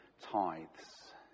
tithes